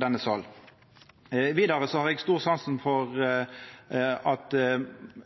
denne salen. Vidare har eg stor sans for at